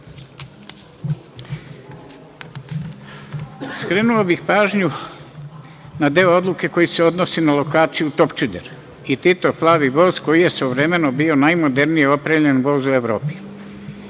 bih pažnju na deo odluke koji se odnosi na lokaciju Topčider i Titov „plavi voz“, koji je svojevremeno bio najmodernije opremljen voz u Evropi.